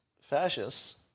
fascists